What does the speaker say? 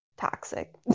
toxic